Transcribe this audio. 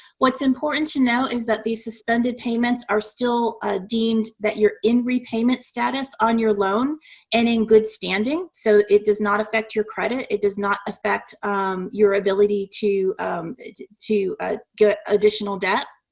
what's important to know is that these suspended payments are still ah deemed that you're in repayment status on your loan and in good standing. so it does not affect your credit. it does not affect your ability to to ah get additional debt.